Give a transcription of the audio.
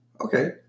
Okay